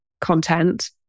content